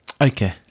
Okay